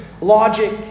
logic